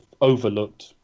overlooked